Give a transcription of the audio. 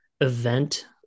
event